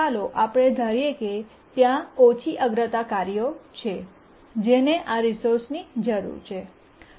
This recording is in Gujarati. ચાલો આપણે ધારીએ કે ત્યાં ઘણી ઓછી અગ્રતા કાર્યો છે જેને આ રિસોર્સની જરૂર છે